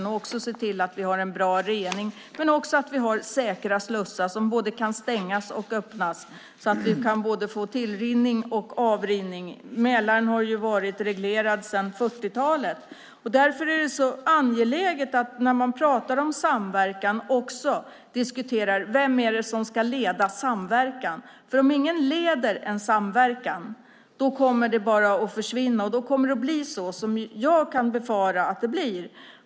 Vi måste också se till att vi har en bra rening men också att vi har säkra slussar som kan både stängas och öppnas, så att vi kan få både tillrinning och avrinning. Mälaren har ju varit reglerad sedan 40-talet. Därför är det angeläget att man, när man pratar om samverkan, också diskuterar vem som ska leda samverkan. För om ingen leder en samverkan kommer den bara att försvinna. Då kommer det att bli så som jag kan befara att det blir.